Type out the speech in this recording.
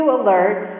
alert